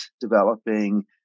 developing